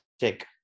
check